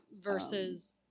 versus